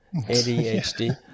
adhd